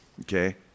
Okay